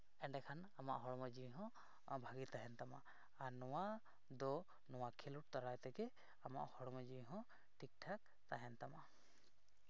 ᱮᱸᱰᱮᱠᱷᱟᱱ ᱟᱢᱟᱜ ᱦᱚᱲᱢᱚ ᱡᱤᱣᱤ ᱦᱚᱸ ᱵᱷᱟᱜᱮ ᱛᱟᱦᱮᱱ ᱛᱟᱢᱟ ᱟᱨ ᱱᱚᱣᱟ ᱫᱚ ᱱᱚᱣᱟ ᱠᱷᱮᱞᱳᱰ ᱛᱟᱞᱟ ᱛᱮᱜᱮ ᱟᱢᱟᱜ ᱦᱚᱲᱢᱚ ᱡᱤᱣᱤ ᱦᱚᱸ ᱴᱷᱤᱠ ᱴᱷᱟᱠ ᱛᱟᱦᱮᱱ ᱛᱟᱢᱟ